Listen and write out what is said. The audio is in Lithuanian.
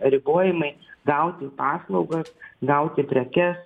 ribojimai gauti paslaugas gauti prekes